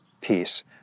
peace